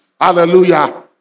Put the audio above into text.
Hallelujah